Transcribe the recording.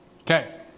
Okay